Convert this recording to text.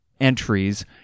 entries